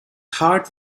heart